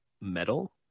metal